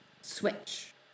switch